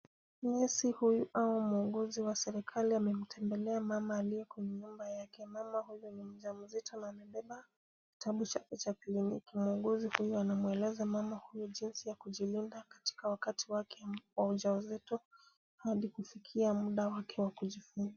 Nesi huyu au muuguzi wa serikali amemtembelea mama aliye kwenye nyumba yake. Mama huyu ni mjamzito na amebeba kitabu chake cha kliniki. Muuguzi huyu anamweleza mama huyu jinsi ya kujilinda katika wakati wake wa ujauzito hadi kufikia muda wake wa kujifungua.